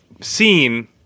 seen